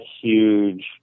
huge